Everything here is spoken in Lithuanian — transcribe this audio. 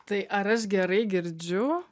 tai ar aš gerai girdžiu